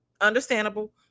understandable